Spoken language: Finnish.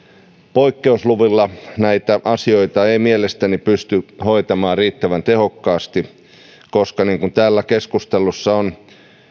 poikkeusluvilla näitä asioita ei mielestäni pysty hoitamaan riittävän tehokkaasti koska niin kuin täällä keskustelussa on